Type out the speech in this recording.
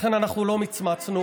ולכן אנחנו לא מצמצנו,